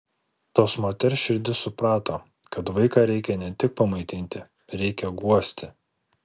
tos moters širdis suprato kad vaiką reikia ne tik pamaitinti reikia guosti